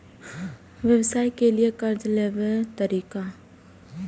व्यवसाय के लियै कर्जा लेबे तरीका?